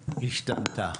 השתנתה?